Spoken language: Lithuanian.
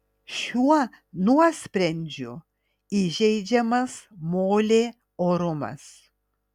šiuo nuosprendžiu įžeidžiamas molė orumas